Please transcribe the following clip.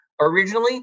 originally